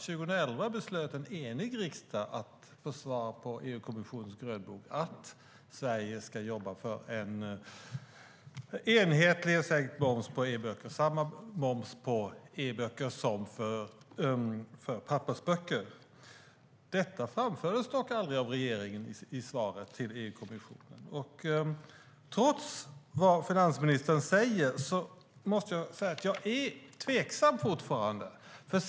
År 2011 beslöt en enig riksdag som svar på EU-kommissionens grönbok att Sverige ska jobba för en enhetlig sänkt moms på e-böcker. Det ska vara samma moms på e-böcker som för pappersböcker. Detta framfördes dock aldrig av regeringen i svaret till EU-kommissionen. Trots vad finansministern säger är jag fortfarande tveksam.